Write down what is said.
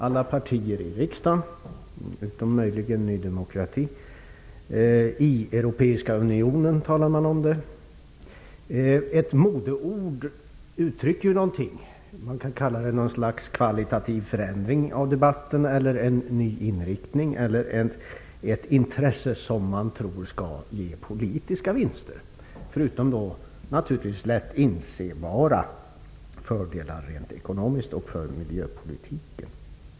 Alla partier i riksdagen, utom möjligen Ny demokrati, och människorna i den europeiska unionen talar om detta. Ett sådant modeord kan uttrycka ett slags kvalitativ förändring i debatten eller en ny inriktning. Det kan här vara fråga om ett intresse som man tror skall ge politiska vinster, förutom lätt insedda fördelar ekonomiskt och för miljöpolitiken.